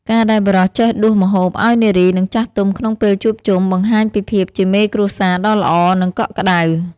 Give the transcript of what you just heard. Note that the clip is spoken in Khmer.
ការដែលបុរសចេះដួសម្ហូបឱ្យនារី និងចាស់ទុំក្នុងពេលជួបជុំ បង្ហាញពីភាពជាមេគ្រួសារដ៏ល្អ និងកក់ក្ដៅ។